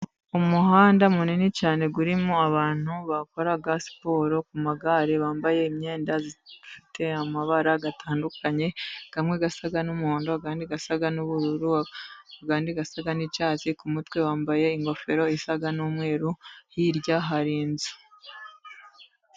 Umuhanda munini cyane urimo abantu bakora siporo ku magare bambaye imyenda ifite amabara atandukanye. Amwe asa n'umuhondo andi asa n'ubururu, andi asa n'icyatsi. Ku mutwe bambaye ingofero zisa n'umweru. Hirya hari inzu.